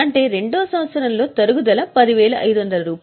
అంటే రెండో సంవత్సరంలో తరుగుదల రూ